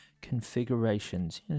configurations